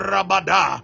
Rabada